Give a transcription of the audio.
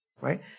Right